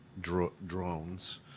drones